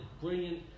brilliant